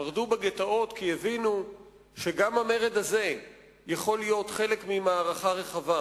מרדו בגטאות כי הבינו שגם המרד הזה יכול להיות חלק ממערכה רחבה.